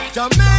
Jamaica